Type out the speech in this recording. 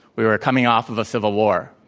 we were coming off of a civil war.